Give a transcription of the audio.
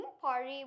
party